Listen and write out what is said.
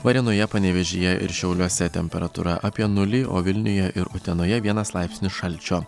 varėnoje panevėžyje ir šiauliuose temperatūra apie nulį o vilniuje ir utenoje vienas laipsnio šalčio